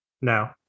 now